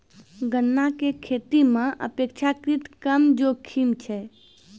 गन्ना के खेती मॅ अपेक्षाकृत कम जोखिम छै